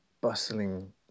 bustling